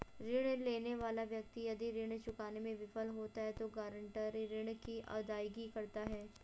ऋण लेने वाला व्यक्ति यदि ऋण चुकाने में विफल होता है तो गारंटर ऋण की अदायगी करता है